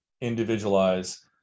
individualize